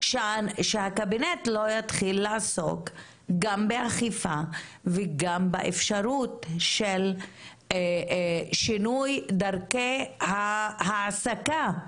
שהקבינט לא יתחיל לעסוק גם באכיפה וגם באפשרות של שינוי דרכי ההעסקה.